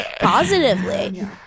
positively